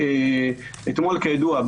הזה שאתמול כידוע,